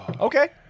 Okay